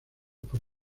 por